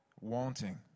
wanting